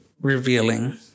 revealing